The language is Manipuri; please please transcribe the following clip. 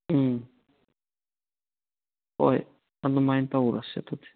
ꯎꯝ ꯍꯣꯏ ꯑꯗꯨꯃꯥꯏꯅ ꯇꯧꯔꯁꯤ ꯑꯗꯨꯗꯤ